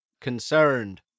concerned